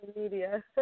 media